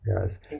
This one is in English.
yes